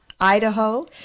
Idaho